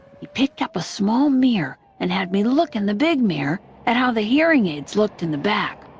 he picked up a small mirror and had me look in the big mirror at how the hearing aids looked in the back.